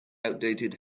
outdated